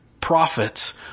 Prophets